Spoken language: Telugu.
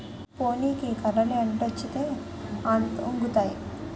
పోనీకి కర్రలు ఎటొంచితే అటొంగుతాయి